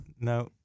no